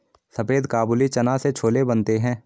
सफेद काबुली चना से छोले बनते हैं